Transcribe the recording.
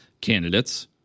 candidates